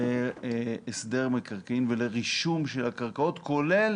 להסדר מקרקעין ולרישום של הקרקעות כולל